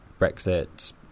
Brexit